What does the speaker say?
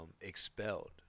expelled